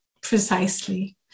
precisely